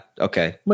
Okay